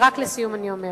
לסיום אני אומרת,